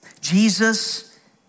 Jesus